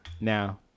Now-